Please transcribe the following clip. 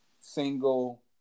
single